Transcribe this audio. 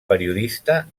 periodista